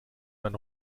man